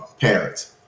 parents